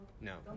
No